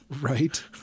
Right